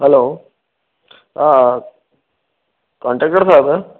हलो हा कॉन्ट्रैकटर साहिबु